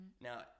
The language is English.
Now